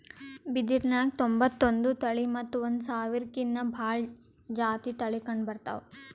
ಬಿದಿರ್ನ್ಯಾಗ್ ತೊಂಬತ್ತೊಂದು ತಳಿ ಮತ್ತ್ ಒಂದ್ ಸಾವಿರ್ಕಿನ್ನಾ ಭಾಳ್ ಜಾತಿ ತಳಿ ಕಂಡಬರ್ತವ್